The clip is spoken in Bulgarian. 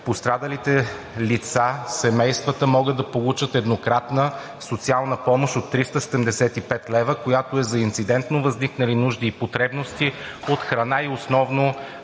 пострадалите лица, семействата могат да получат еднократна социална помощ от 375 лв., която е за инцидентно възникнали нужди и потребности от храна и основно